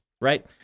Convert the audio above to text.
right